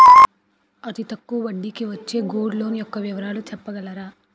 అతి తక్కువ వడ్డీ కి వచ్చే గోల్డ్ లోన్ యెక్క వివరాలు చెప్పగలరా?